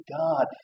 God